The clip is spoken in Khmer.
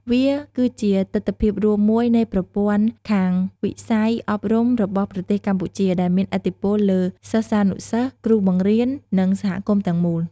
វាគឺជាទិដ្ឋភាពរួមមួយនៃប្រព័ន្ធខាងវិស័យអប់រំរបស់ប្រទេសកម្ពុជា ដែលមានឥទ្ធិពលលើសិស្សានុសិស្ស គ្រូបង្រៀន និងសហគមន៍ទាំងមូល។